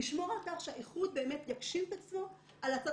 נשמור על כך שהאיחוד באמת יגשים את עצמו על הצד